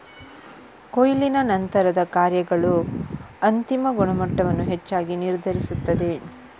ಕೊಯ್ಲಿನ ನಂತರದ ಕಾರ್ಯಗಳು ಅಂತಿಮ ಗುಣಮಟ್ಟವನ್ನು ಹೆಚ್ಚಾಗಿ ನಿರ್ಧರಿಸುತ್ತದೆ